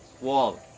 wall